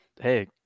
Hey